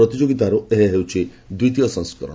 ପ୍ରତିଯୋଗିତାର ଏହା ହେଉଛି ଦ୍ୱିତୀୟ ସଂସ୍କରଣ